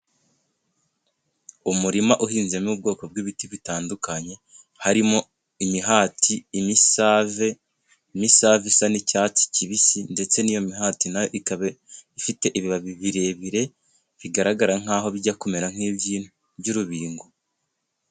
Umurima uhinzemo ubwoko bw'ibiti bitandukanye harimo imihati imisave, imisave isa n'icyatsi kibisi ndetse n'iyo mihati nayo ikaba ifite ibibabi birebire bigaragara nkaho bijya kumera nk'iby'urubingo.